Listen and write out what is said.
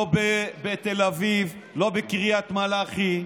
לא בתל אביב, לא בקריית מלאכי.